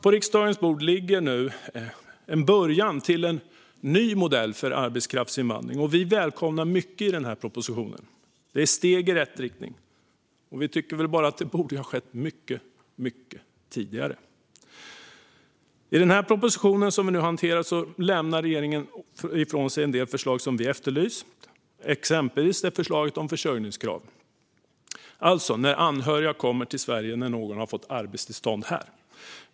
På riksdagens bord ligger nu en början till en ny modell för arbetskraftsinvandring. Vi välkomnar mycket i propositionen. Det är steg i rätt riktning. Vi tycker bara att det borde ha skett mycket tidigare. I den proposition som vi nu hanterar lägger regeringen fram flera förslag som vi kristdemokrater efterlyst, exempelvis förslaget om försörjningskrav när anhöriga kommer till Sverige då någon fått arbetstillstånd här.